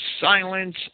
silence